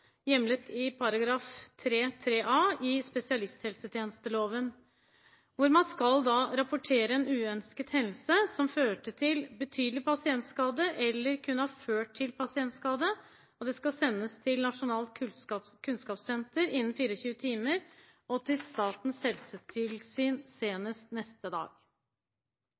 hjemlet i § 3-3 a i spesialisthelsetjenesteloven, hvor man skal rapportere en uønsket hendelse som førte til betydelig pasientskade eller som kunne ha ført til pasientskade. Det skal sendes til Nasjonalt kunnskapssenter innen 24 timer og til Statens helsetilsyn senest neste dag.